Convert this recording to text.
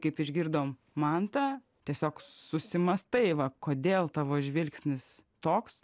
kaip išgirdom mantą tiesiog susimąstai va kodėl tavo žvilgsnis toks